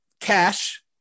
Cash